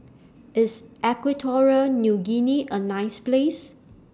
IS Equatorial Guinea A nice Place